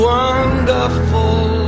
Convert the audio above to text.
wonderful